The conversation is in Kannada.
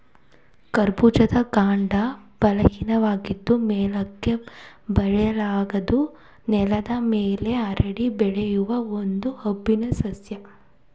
ಕರ್ಬೂಜದ ಕಾಂಡ ಬಲಹೀನವಾಗಿದ್ದು ಮೇಲಕ್ಕೆ ಬೆಳೆಯಲಾರದು ನೆಲದ ಮೇಲೆ ಹರಡಿ ಬೆಳೆಯುವ ಒಂದು ಹಂಬು ಸಸ್ಯ